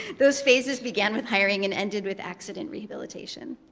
those phases began with hiring and ended with accident rehabilitation.